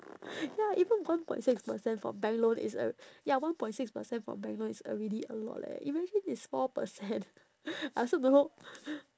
ya even one point six percent for bank loan is al~ ya one point six percent for bank loan is already a lot leh imagine is four percent I also don't know